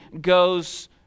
goes